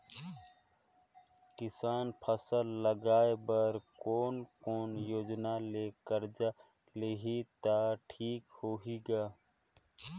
किसान फसल लगाय बर कोने कोने योजना ले कर्जा लिही त ठीक होही ग?